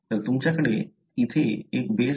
तर तुमच्याकडे येथे एक बेस आहे